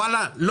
פר-קליק.